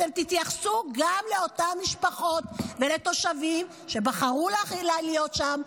אתם תתייחסו גם לאותן משפחות ולתושבים שבחרו להיות שם,